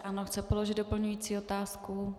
Ano, chce položit doplňující otázku.